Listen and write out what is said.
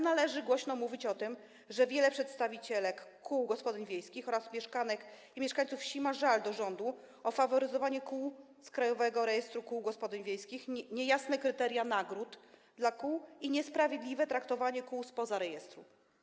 Należy głośno mówić o tym, że wiele przedstawicielek kół gospodyń wiejskich oraz mieszkanek i mieszkańców wsi ma żal do rządu o faworyzowanie kół z Krajowego Rejestru Kół Gospodyń Wiejskich, niejasne kryteria nagród dla kół i niesprawiedliwe traktowanie kół spoza rejestru.